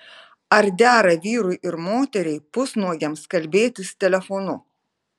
ar dera vyrui ir moteriai pusnuogiams kalbėtis telefonu